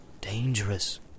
Dangerous